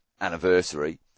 anniversary